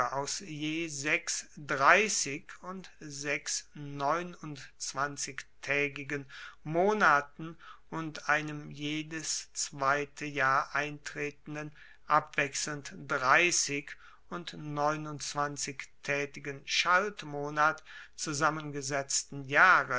aus je sechs dreissig und sechs neunundzwanzigtaegigen monaten und einem jedes zweite jahr eintretenden abwechselnd dreissig und neunundzwanzigtaegigen schaltmonat zusammengesetzten jahre